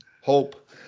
Hope